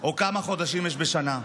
או כמה חודשים יש בשנה.